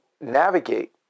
navigate